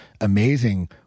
amazing